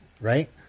right